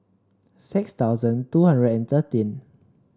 six thousand two hundred and thirteen